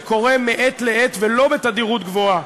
זה קורה מעת לעת ולא בתדירות רבה,